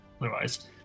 otherwise